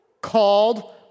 Called